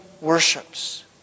worships